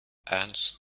eins